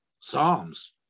Psalms